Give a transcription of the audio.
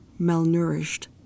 malnourished